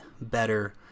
better